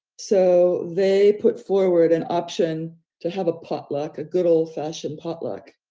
so they put forward an option to have a potluck, a good old fashioned potluck.